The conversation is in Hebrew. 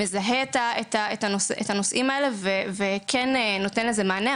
מזהה את הנושאים האלה, וכן נותן לזה מענה.